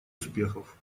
успехов